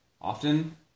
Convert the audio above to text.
Often